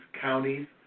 counties